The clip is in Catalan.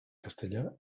castellà